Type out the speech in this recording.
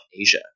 Asia